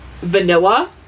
vanilla